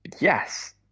Yes